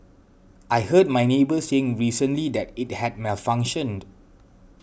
I heard my neighbour saying recently that it had malfunctioned